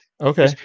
okay